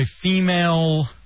female